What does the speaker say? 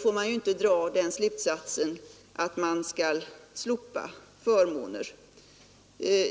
får man inte dra den slutsatsen att man skall slopa förmåner.